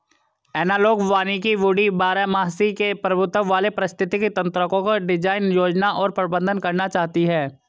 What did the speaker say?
analogue वानिकी woody बारहमासी के प्रभुत्व वाले पारिस्थितिक तंत्रको डिजाइन, योजना और प्रबंधन करना चाहती है